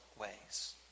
ways